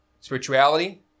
spirituality